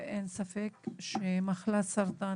ואין ספק שמחלת הסרטן,